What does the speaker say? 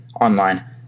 online